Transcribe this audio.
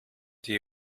die